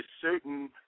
certain